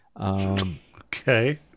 Okay